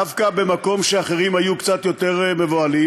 דווקא במקום שאחרים היו קצת יותר מבוהלים.